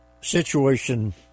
Situation